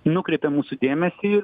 nukreipia mūsų dėmesį